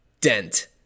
dent